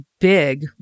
big